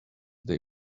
they